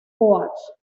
coach